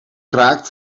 kraakt